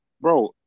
bro